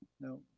No